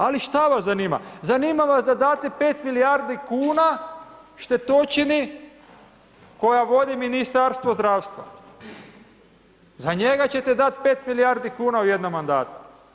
Ali šta vas zanima, zanima vas da date 5 milijardi kuna štetočini koja vodi Ministarstvo zdravstva, za njega ćete dati 5 milijardi kuna u jednom mandatu.